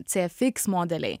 cfx modeliai